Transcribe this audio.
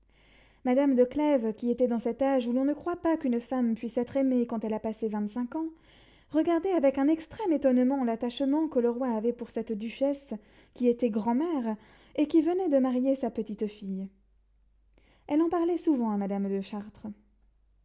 madame de clèves qui était dans cet âge où l'on ne croit pas qu'une femme puisse être aimée quand elle a passé vingt-cinq ans regardait avec un extrême étonnement l'attachement que le roi avait pour cette duchesse qui était grand-mère et qui venait de marier sa petite-fille elle en parlait souvent à madame de chartres